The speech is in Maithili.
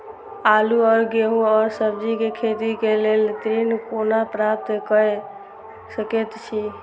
आलू और गेहूं और सब्जी के खेती के लेल ऋण कोना प्राप्त कय सकेत छी?